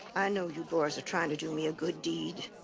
i know you boys are trying to do me a good deed.